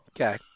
Okay